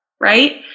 right